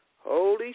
holy